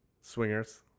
Swingers